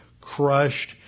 crushed